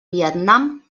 vietnam